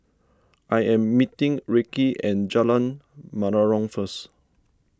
I am meeting Reece at Jalan Menarong first